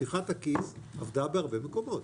פתיחת הכיס עבדה בהרבה מקומות.